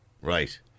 Right